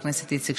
אירועים של ירי